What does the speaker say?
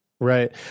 Right